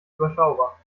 überschaubar